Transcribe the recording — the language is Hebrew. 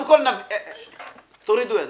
תורידו ידיים.